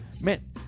Man